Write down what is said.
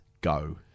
go